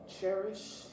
Cherish